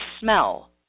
smell